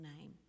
name